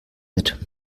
mit